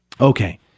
Okay